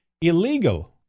illegal